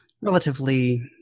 Relatively